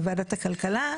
בוועדת הכלכלה.